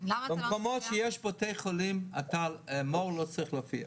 במקומות שיש בתי חולים, מור לא צריך להופיע.